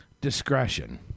Discretion